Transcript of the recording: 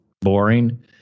boring